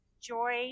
joy